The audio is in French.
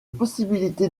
possibilité